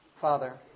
Father